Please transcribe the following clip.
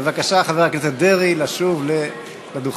בבקשה, חבר הכנסת דרעי, לשוב לדוכן.